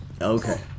okay